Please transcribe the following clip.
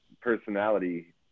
personality